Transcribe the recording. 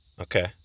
Okay